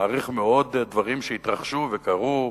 מעריך מאוד דברים שהתרחשו וקרו,